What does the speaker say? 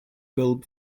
bulb